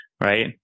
right